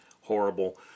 horrible